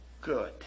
good